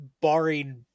barring